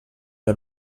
del